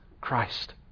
Christ